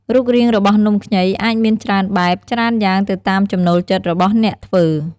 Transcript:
រូបរាងរបស់នំខ្ញីអាចមានច្រើនបែប ច្រើនយ៉ាងទៅតាមចំណូលចិត្តរបស់អ្នកធ្វើ។